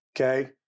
Okay